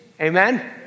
Amen